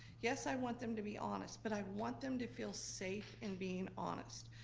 yes, i want them to be honest, but i want them to feel safe in being honest.